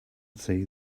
see